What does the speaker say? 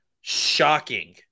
shocking